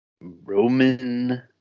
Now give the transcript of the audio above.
Roman